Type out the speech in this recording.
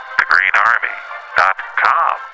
thegreenarmy.com